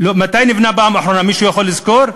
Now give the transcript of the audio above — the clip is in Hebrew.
מתי נבנה בפעם האחרונה, מישהו יכול לזכור?